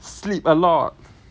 sleep a lot